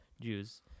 Jews